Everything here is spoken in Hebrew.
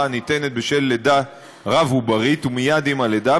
הניתנת בשל לידה רב-עוברית מייד עם הלידה,